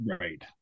Right